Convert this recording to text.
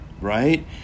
right